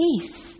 peace